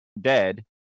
dead